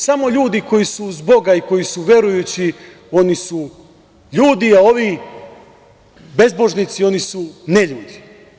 Samo ljudi koji su uz Boga i koji su verujući, oni su ljudi, a ovi bezbožnici, oni su neljudi.